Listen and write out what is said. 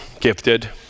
gifted